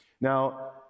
Now